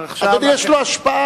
אדוני יש לו השפעה.